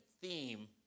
theme